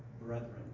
Brethren